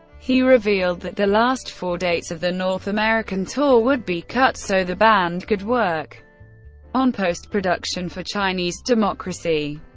he revealed that the last four dates of the north american tour would be cut so the band could work on post-production for chinese democracy.